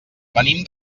venim